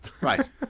right